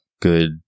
good